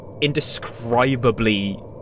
indescribably